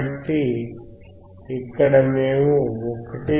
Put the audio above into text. కాబట్టి ఇక్కడ మేము 1